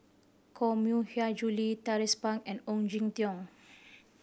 Koh Mui Hiang Julie Tracie Pang and Ong Jin Teong